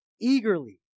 eagerly